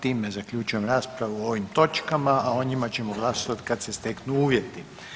Time zaključujem raspravu o ovom točkama, a o njima ćemo glasovati kad se steknu uvjeti.